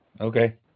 Okay